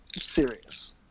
serious